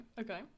okay